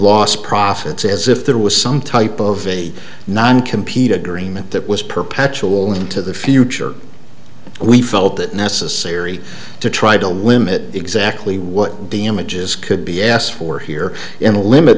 lost profits as if there was some type of a non compete agreement that was perpetual into the future we felt it necessary to try to limit exactly what damages could be asked for here in the limit